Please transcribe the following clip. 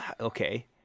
okay